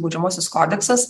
baudžiamasis kodeksas